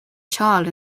child